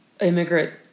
immigrant